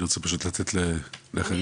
אני רוצה לתת לאחרים.